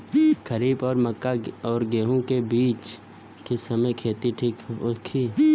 खरीफ और मक्का और गेंहू के बीच के समय खेती ठीक होला?